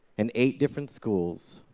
in eight different schools,